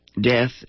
death